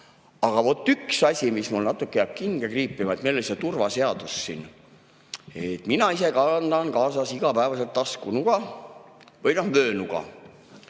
Aga vot üks asi, mis mul natuke jääb hinge kriipima: meil oli see turvaseadus siin. Mina ise kannan kaasas igapäevaselt taskunuga või noh,